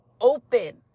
open